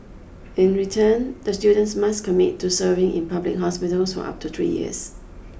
in return the students must commit to serving in public hospitals for up to three years